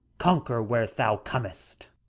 conquer where thou comest!